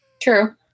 True